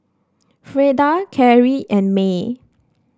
Freda Cary and May